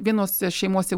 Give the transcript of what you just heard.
vienose šeimose